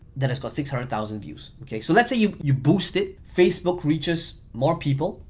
that has got six hundred thousand views, okay. so let's say you you boost it, facebook reaches more people,